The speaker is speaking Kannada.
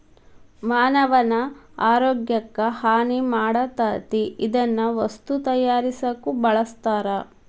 ಮಾನವನ ಆರೋಗ್ಯಕ್ಕ ಹಾನಿ ಮಾಡತತಿ ಇದನ್ನ ವಸ್ತು ತಯಾರಸಾಕು ಬಳಸ್ತಾರ